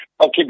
Okay